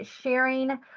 sharing